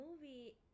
movie